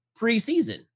preseason